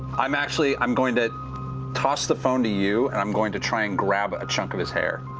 i'm actually i'm going to toss the phone to you, and i'm going to try and grab a chunk of his hair.